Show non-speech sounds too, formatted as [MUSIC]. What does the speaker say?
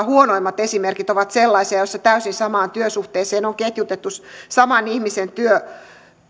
[UNINTELLIGIBLE] huonoimmat esimerkit ovat sellaisia joissa täysin samaan työsuhteeseen on ketjutettu saman ihmisen työ